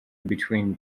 between